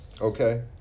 Okay